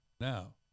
now